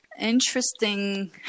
interesting